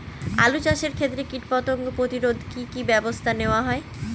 আলু চাষের ক্ষত্রে কীটপতঙ্গ প্রতিরোধে কি কী ব্যবস্থা নেওয়া হয়?